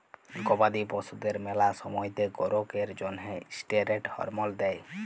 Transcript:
গবাদি পশুদের ম্যালা সময়তে গোরোথ এর জ্যনহে ষ্টিরেড হরমল দেই